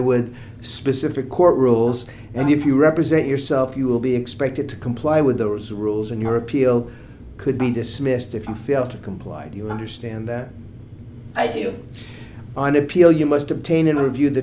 with specific court rules and if you represent yourself you will be expected to comply with those rules and your appeal could be dismissed if you fail to comply do you understand that i feel on appeal you must obtain interview the